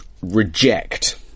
reject